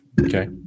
Okay